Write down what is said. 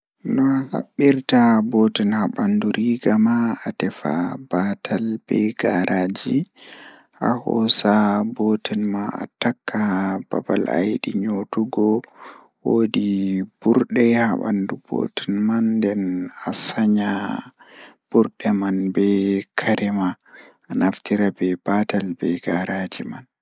To ayiɗi So mi sewde button e sare, naftu needle e rewtu. Hokka button nder sare, so o waawataa wuroo. Fiyaa needle ngal e sare ngol ndiyam e button ɗum ngam. Jooɗi moƴƴi kadi ngondol ngal. So mi waɗi ngal njamaaji Naftu heɓde thread ngol